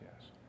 yes